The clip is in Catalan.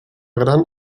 gran